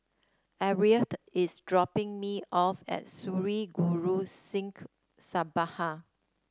Arleth is dropping me off at Sri Guru Singh Sabha